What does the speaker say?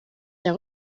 der